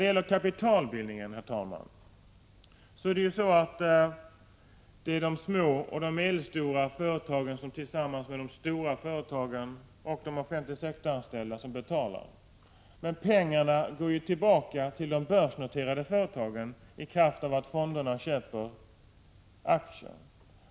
Beträffande kapitalbildningen är det de små och medelstora företagen som tillsammans med de stora företagen och de anställda inom den offentliga sektorn som betalar, medan pengarna går tillbaka till de börsnoterade företagen, i kraft av att fonderna köper aktier.